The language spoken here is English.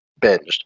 binged